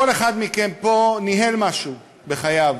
כל אחד מכם פה ניהל משהו בחייו.